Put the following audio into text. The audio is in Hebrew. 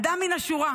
אדם מן השורה.